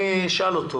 אני אשאל אותו